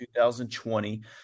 2020